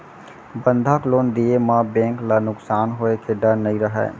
बंधक लोन दिये म बेंक ल नुकसान होए के डर नई रहय